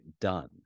done